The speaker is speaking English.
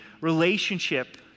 relationship